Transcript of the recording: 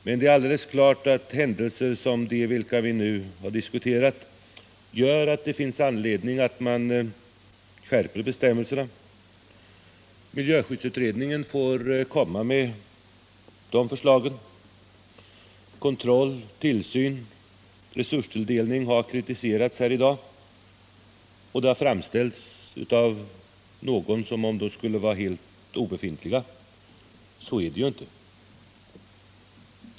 Men det är alldeles klart att händelser som de vi nu diskuterar ger oss anledning att skärpa bestämmelserna. Miljöskyddsutredningen får lägga fram förslag till sådana skärpta bestämmelser. Kontroll, tillsyn och resurstilldelning har kritiserats här i dag, och någon framställde det som om de skulle vara helt obefintliga. Så är det ju inte.